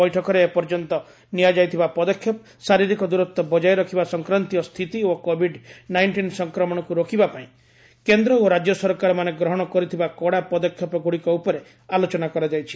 ବୈଠକରେ ଏର୍ପ୍ୟନ୍ତ ନିଆଯାଇଥିବା ପଦକ୍ଷେପ ଶାରିରୀକ ଦୂରତ୍ୱ ବଜାୟ ରଖିବା ସଂକ୍ରାନ୍ତିୟ ସ୍ଥିତି ଓ କୋଭିଡ ନାଇଷ୍ଟିନ ସଂକ୍ରମଣକୁ ରୋକିବା ପାଇଁ କେନ୍ଦ୍ର ଓ ରାଜ୍ୟ ସରକାର ମାନେ ଗ୍ରହଣ କରିଥିବା କଡ଼ା ପଦକ୍ଷେପ ଗୁଡ଼ିକ ଉପରେ ଆଲୋଚନା କରାଯାଇଛି